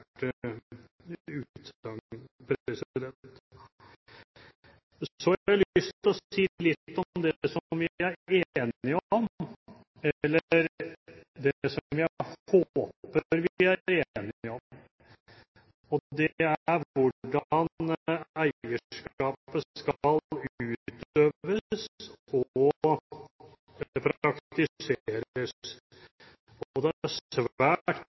Så har jeg lyst til å si litt om det som vi er enige om, eller det som jeg håper vi er enige om. Det er hvordan eierskapet skal utøves og praktiseres. Det er